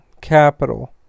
capital